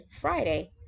Friday